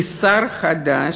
כשר חדש,